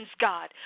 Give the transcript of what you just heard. God